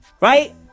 Right